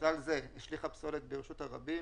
ובכלל זה השליכה פסולת ברשות הרבים